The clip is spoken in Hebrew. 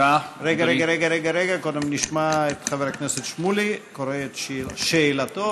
נשמע את חבר הכנסת שמולי קורא את שאלתו,